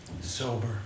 Sober